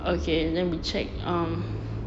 okay let me check um